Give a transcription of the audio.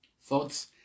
Thoughts